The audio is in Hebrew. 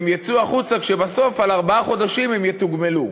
הם יצאו החוצה כשבסוף על ארבעה חודשים הם יתוגמלו,